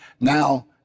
Now